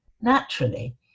naturally